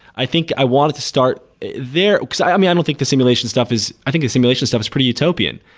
i think i wanted to start there, because i mean, i don't think the simulation stuff is i think the simulation stuff is pretty utopian.